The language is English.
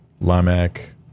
Lamech